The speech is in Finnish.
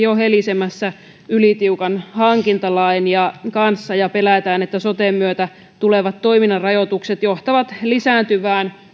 jo helisemässä ylitiukan hankintalain kanssa ja pelätään että soten myötä tulevat toiminnan rajoitukset johtavat lisääntyvään